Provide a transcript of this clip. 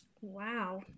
Wow